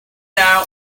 now